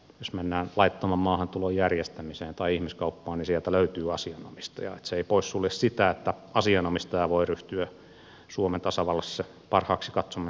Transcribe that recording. jos taas mennään laittoman maahantulon järjestämiseen tai ihmiskauppaan ja siinä löytyy asianomistaja se ei poissulje sitä että asianomistaja voi ryhtyä suomen tasavallassa parhaaksi katsomiinsa toimiin